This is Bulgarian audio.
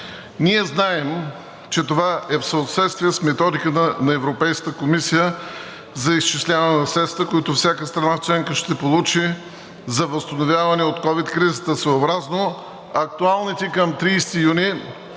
Ние знаем, че това е в съответствие с методиката на Европейската комисия за изчисляване на средствата, които всяка страна членка ще получи за възстановяване от ковид кризата, съобразно актуалните към 30 юни